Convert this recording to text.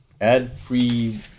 ad-free